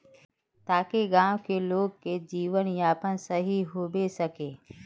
ताकि गाँव की लोग के जीवन यापन सही होबे सके?